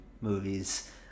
movies